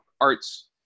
arts